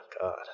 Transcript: God